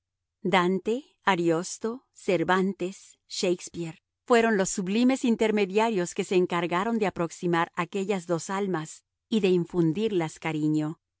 dante ariosto cervantes shakespeare fueron los sublimes intermediarios que se encargaron de aproximar aquellas dos almas y de infundirlas cariño